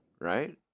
right